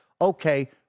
Okay